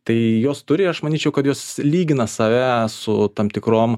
tai jos turi aš manyčiau kad jos lygina save su tam tikrom